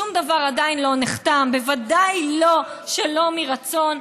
שום דבר עדיין לא נחתם, בוודאי לא שלא מרצון.